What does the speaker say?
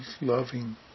loving